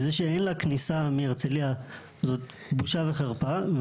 וזה שאין לה כניסה מהרצליה זאת בושה וחרפה,